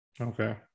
Okay